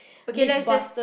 okay let's just